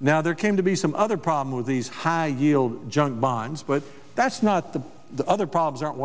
now there came to be some other problem with these high yield junk bonds but that's not the the other probs aren't